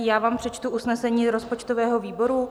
Já vám přečtu usnesení rozpočtového výboru.